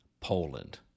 Poland